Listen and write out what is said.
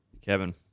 Kevin